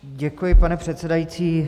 Děkuji, pane předsedající.